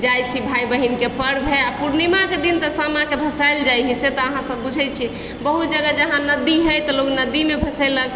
जाइ छी भाय बहिनके पर्व हइ आओर पूर्णिमाके दिन तऽ सामाके भसायल जाइ हइ से तऽ अहाँ सब बुझय छियै बहुत जगह जहाँ नदी हइ तऽ लोक नदीमे भसैलक